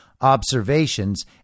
observations